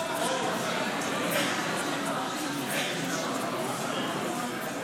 על ענייני ביטחון ישיב שר הביטחון?